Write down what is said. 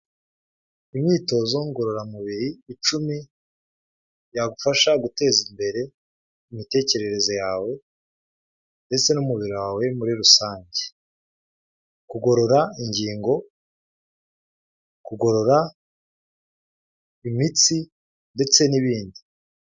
Imyitozo ngororamubiri icumi yagufasha guteza imbere imitekerereze yawe ndetse n'umubiri wawe muri rusange, kugorora ingingo, kugorora imitsi ndetse n'ibindi.